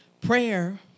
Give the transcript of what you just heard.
Prayer